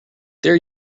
there